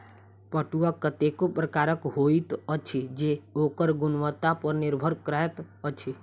पटुआ कतेको प्रकारक होइत अछि जे ओकर गुणवत्ता पर निर्भर करैत अछि